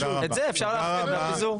אפשר להתחיל בפיזור.